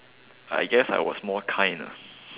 I guess I was more kind ah